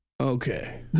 Okay